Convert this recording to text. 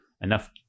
enough